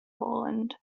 poland